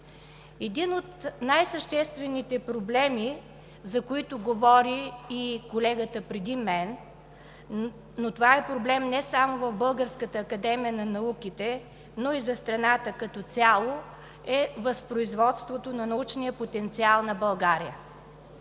Един от най-съществените проблеми, за които говори колегата преди мен, е проблем не само в Българската академия на науките, но и за страната като цяло и е възпроизводството на научния потенциал на България.